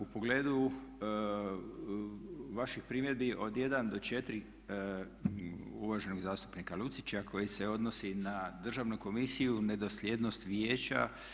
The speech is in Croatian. U pogledu vaših primjedbi od 1 do 4 uvaženog zastupnika Lucića koji se odnosi na Državnu komisiju ne dosljednost vijeća.